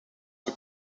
que